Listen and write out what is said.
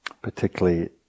Particularly